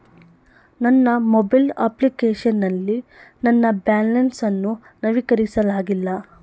ನನ್ನ mobile application ನಲ್ಲಿ ನನ್ನ ಬ್ಯಾಲೆನ್ಸ್ ಅನ್ನು ನವೀಕರಿಸಲಾಗಿಲ್ಲ